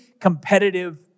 competitive